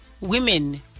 women